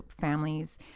families